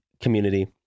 community